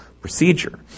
procedure